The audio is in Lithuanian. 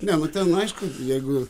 ne nu ten aišku jeigu